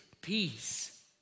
peace